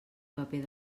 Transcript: paper